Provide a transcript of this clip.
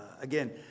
Again